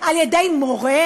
על ידי מורה?